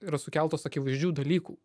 yra sukeltos akivaizdžių dalykų